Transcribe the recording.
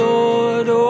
Lord